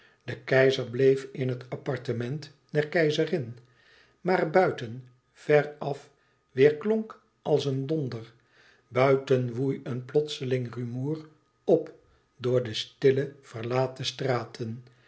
de keizer bleef in het appartement der keizerin maar buiten ver af weêrklonk als een donder buiten woei een plotseling rumoer op door de stille verlaten straten